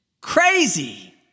crazy